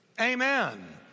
Amen